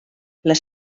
les